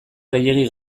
gehiegi